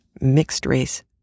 mixed-race